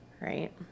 right